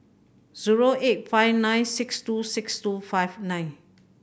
zero eight five nine six two six two five nine